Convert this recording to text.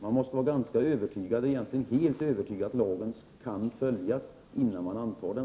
Man måste vara helt övertygad om att lagen kan följas innan man antar den.